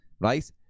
Right